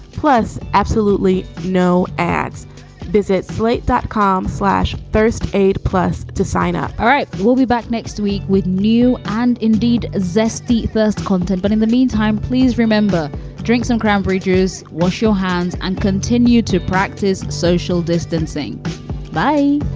plus absolutely no ads visit. slate dot com slash first aid plus to sign up. all right we'll be back next week with new and indeed zesty first content. but in the meantime, please remember drinks and cranberry juice. wash your hands and continue to practice social distancing by